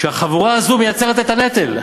כשהחבורה הזאת מייצרת את הנטל.